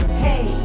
hey